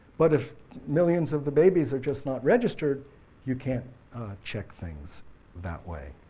but if millions of the babies are just not registered you can't check things that way,